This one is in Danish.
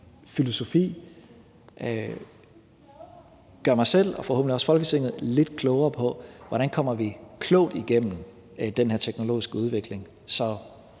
filosofi gør mig selv og forhåbentlig også Folketinget lidt klogere på, hvordan vi kommer klogt igennem den her teknologiske udvikling,